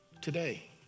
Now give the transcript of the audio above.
today